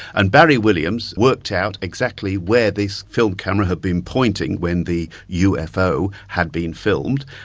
and barry williams worked out exactly where this film camera had been pointing when the ufo had been filmed.